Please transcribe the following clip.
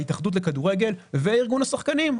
ההתאחדות לכדורגל וארגון השחקנים.